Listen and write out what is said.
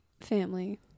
family